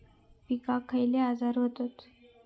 पिकांक खयले आजार व्हतत?